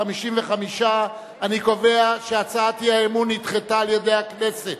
55. אני קובע שהצעת האי-אמון נדחתה על-ידי הכנסת